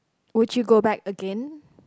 would you go back again